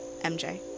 MJ